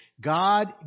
God